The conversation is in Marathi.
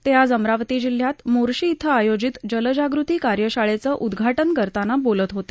ते आज अमरावती जिल्ह्यात मोर्शी इथं आयोजित जलजागृती कार्यशाळेचं उद्घाटन करताना बोलत होते